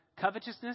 covetousness